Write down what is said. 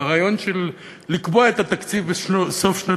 הרעיון של לקבוע את התקציב בסוף שנת